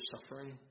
suffering